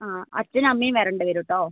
ആ അച്ഛൻ അമ്മയും വരേണ്ടി വരും കേട്ടോ